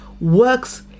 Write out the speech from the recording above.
works